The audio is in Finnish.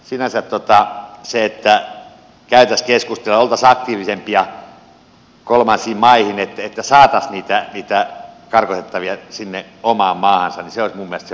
sinänsä se että käytäisiin keskusteluja oltaisiin aktiivisempia kolmansiin maihin että saataisiin niitä karkotettavia sinne omaan maahansa olisi minun mielestäni se oleellisin juttu